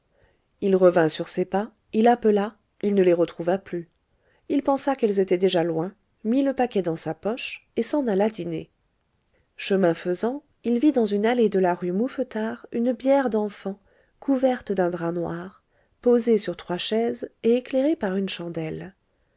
il revint sur ses pas il appela il ne les retrouva plus il pensa qu'elles étaient déjà loin mit le paquet dans sa poche et s'en alla dîner chemin faisant il vit dans une allée de la rue mouffetard une bière d'enfant couverte d'un drap noir posée sur trois chaises et éclairée par une chandelle